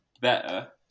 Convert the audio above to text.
better